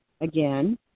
Again